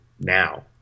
now